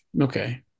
okay